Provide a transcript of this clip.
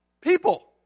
people